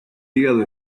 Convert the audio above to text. hígado